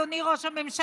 אדוני ראש הממשלה,